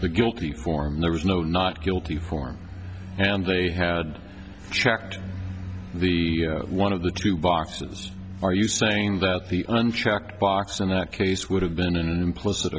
the guilty form there was no not guilty form and they had checked the one of the two boxes are you saying that the unchecked box in that case would have been an implicit